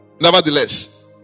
Nevertheless